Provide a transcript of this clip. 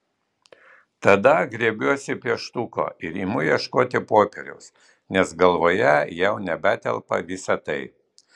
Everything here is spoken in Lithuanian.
tada griebiuosi pieštuko ir imu ieškoti popieriaus nes galvoje jau nebetelpa visa tai